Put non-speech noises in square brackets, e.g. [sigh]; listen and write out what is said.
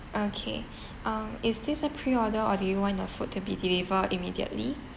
okay [breath] uh is this just pre-order or do you want the food to be delivered immediately